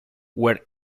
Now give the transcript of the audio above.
where